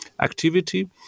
activity